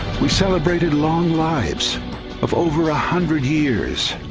we celebrated long lives of over a hundred years